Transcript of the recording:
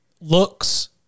looks